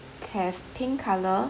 have pink colour